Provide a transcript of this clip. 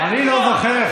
אני לא זוכר,